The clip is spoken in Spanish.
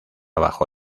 bajo